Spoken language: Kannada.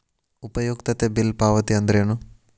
ಉಪಯುಕ್ತತೆ ಬಿಲ್ ಪಾವತಿ ಅಂದ್ರೇನು?